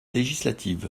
législative